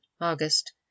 August